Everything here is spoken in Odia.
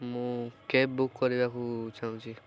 ମୁଁ କ୍ୟାବ୍ ବୁକ୍ କରିବାକୁ ଚାହୁଁଛି